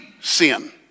sin